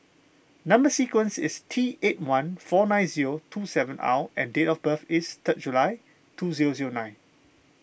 Number Sequence is T eight one four nine zero two seven R and date of birth is third July two zero zero nine